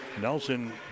Nelson